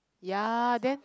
ya then